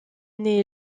née